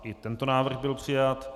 I tento návrh byl přijat.